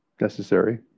necessary